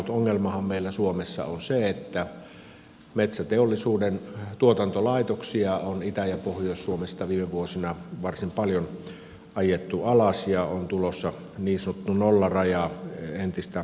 ainut ongelmahan meillä suomessa on se että metsäteollisuuden tuotantolaitoksia on itä ja pohjois suomesta viime vuosina varsin paljon ajettu alas ja on tulossa niin sanottu nollaraja entistä etelämmäksi